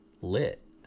lit